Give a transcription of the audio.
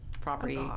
property